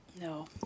No